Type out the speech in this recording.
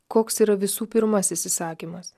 koks yra visų pirmasis įsakymas